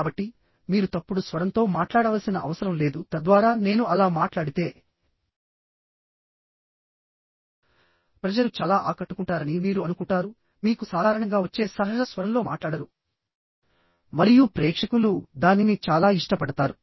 కాబట్టి మీరు తప్పుడు స్వరంతో మాట్లాడవలసిన అవసరం లేదు తద్వారా నేను అలా మాట్లాడితే ప్రజలు చాలా ఆకట్టుకుంటారని మీరు అనుకుంటారు మీకు సాధారణంగా వచ్చే సహజ స్వరంలో మాట్లాడరు మరియు ప్రేక్షకులు దానిని చాలా ఇష్టపడతారు